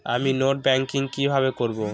আমি net banking কিভাবে করব?